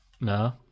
No